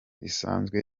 isanzwe